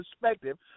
perspective